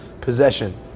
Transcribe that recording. possession